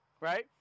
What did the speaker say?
right